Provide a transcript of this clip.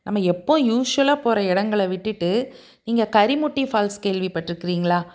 நம்ம எப்போது யூஷுவலாக போகிற இடங்கள விட்டுட்டு நீங்கள் கரிமுட்டி ஃபால்ஸ் கேள்விப்பட்ருக்கிறீங்களா